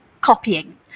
copying